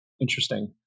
Interesting